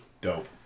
Dope